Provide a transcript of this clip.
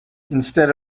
instead